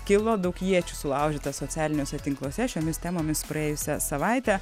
kilo daug iečių sulaužyta socialiniuose tinkluose šiomis temomis praėjusią savaitę